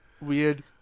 weird